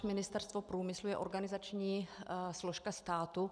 Ministerstvo průmyslu je organizační složka státu.